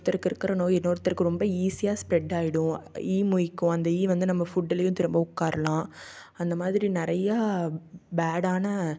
ஒருத்தருக்கிற நோய் இன்னொருத்தருக்கு ரொம்ப ஈசியாக ஸ்ப்ரெட் ஆகிடும் ஈ மொய்க்கும் அந்த ஈ வந்து நம்ம ஃபுட்டுலேயும் திரும்ப உட்காருலாம் அந்த மாதிரி நிறையா பேடான